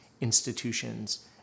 institutions